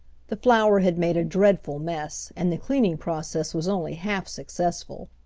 the flour had made a dreadful mess and the cleaning process was only half-successful.